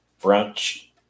brunch